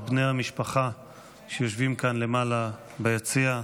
את בני המשפחה שיושבים כאן למעלה ביציע.